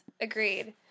Agreed